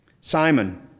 Simon